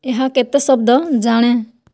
ଏହା କେତେ ଶବ୍ଦ ଜାଣେ